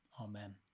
Amen